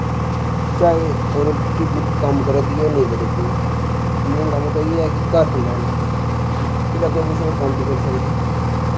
चाहे रुट्टी कम्म करा दी होऐ जां नेंई करा दी होऐ इंदा कम्म इयै कि घर सम्भालना फिर अग्गैं कुछ होर कम्म बी करी सकदी